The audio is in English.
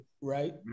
right